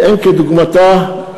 ואין כדוגמתה,